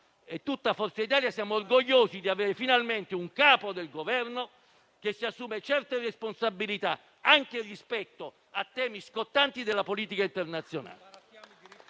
tutta Forza Italia siamo orgogliosi di avere finalmente un Capo del Governo che si assume certe responsabilità anche rispetto a temi scottanti della politica internazionale